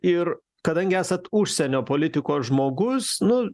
ir kadangi esat užsienio politikos žmogus nu